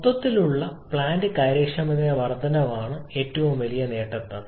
മൊത്തത്തിലുള്ള പ്ലാന്റ് കാര്യക്ഷമതയാണ് വർദ്ധനവിന്റെ ഏറ്റവും വലിയ നേട്ടം അത്